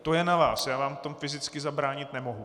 To je na vás, já vám v tom fyzicky zabránit nemohu.